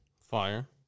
Fire